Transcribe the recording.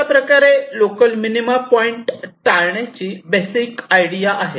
अशा प्रकारे local minima point टाळण्याची बेसिक आयडिया आहे